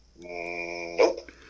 Nope